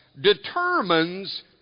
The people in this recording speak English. determines